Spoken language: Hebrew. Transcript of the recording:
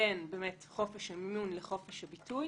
בין חופש המימון לחופש הביטוי?